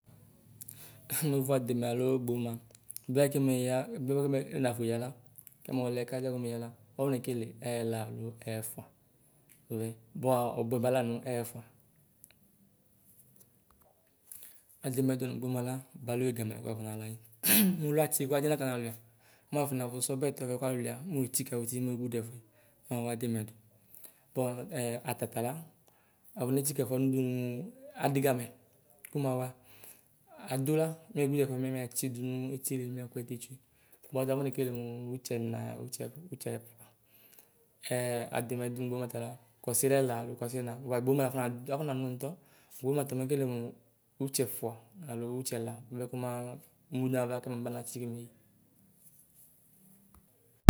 ''Ŋs''mueʋu ademɛ aloo gboma bua kemeyɔ. eglogodo ɛnafoyɔla kɛmɔɔlɛ kadiaʋu mɛ la mafɔnekele ɛyɛlaloo ɛyɛfua ɔlɛ buaa ɔbʋɛbɛla nu ɛyɛfu. Ademɛ dunu gboma la, baliwe gamɛ la kuwuafɔ nanayi. Ulatsi kadi nakɔnaluia mɛ wuafɔnaa fusu ɔbɛtuɛ buakualuluia. mɛ wuetsikɔuti muudu ɔdɛfu mɛ wuawademe du. Buaɛ atala wuafonetsikɔɛfuɛdi mu adigamɛ kumawa adula me ʋluɛfuɛ mɛmɛ matsidu netili mɛ akuetitsue ɛ bua ɔtafonekelé mutsiɛna utsiɛtʋ utsiɛna.ɛɛ adɛmɛ dunu gboma tala kɔsida ɛla alo kɔsida ɛna. bua gboma tafɔnanuŋtɔ gboma ta mekele mu mutsiɛ fua alo utsiɛla buapɛ kɔmaa komemuava kɛmabanatsi muemue